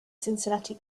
cincinnati